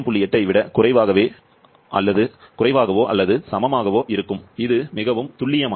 8 ஐ விட குறைவாகவோ அல்லது சமமாகவோ இருக்கும் இது மிகவும் துல்லியமானது